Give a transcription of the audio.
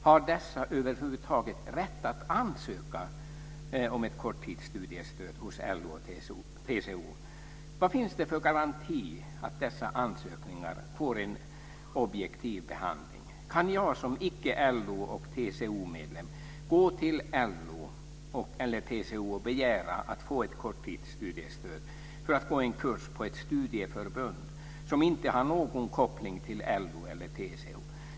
Har dessa över huvud taget rätt att ansöka om ett korttidsstudiestöd hos LO och TCO? Vad finns det för garanti att dessa ansökningar får en objektiv behandling? Kan jag som icke LO eller TCO-medlem gå till LO eller TCO och begära att få ett korttidsstudiestöd för att gå en kurs hos ett studieförbund som inte har någon koppling till LO eller TCO?